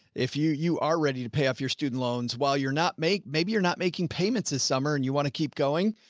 if you you are ready to pay off your student loans while you're not make, maybe you're not making payments this summer and you want to keep going,